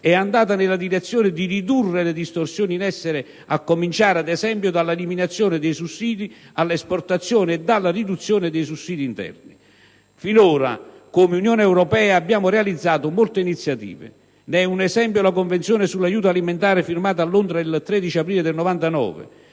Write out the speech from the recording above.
è andata nella direzione di ridurre le distorsioni in essere a cominciare, ad esempio, dall'eliminazione dei sussidi all'esportazione e dalla riduzione dei sussidi interni. Finora, come Unione europea, abbiamo realizzato molte iniziative: ne è un esempio la Convenzione sull'aiuto alimentare, firmata a Londra il 13 aprile 1999,